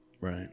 Right